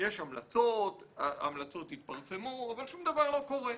יש המלצות, ההמלצות יתפרסמו, אבל שום דבר לא קורה.